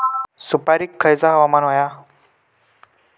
सुपरिक खयचा हवामान होया?